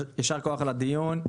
יישר כוח על הדיון.